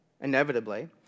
inevitably